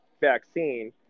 vaccine